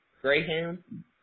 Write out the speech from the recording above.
Greyhound